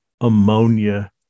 ammonia